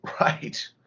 right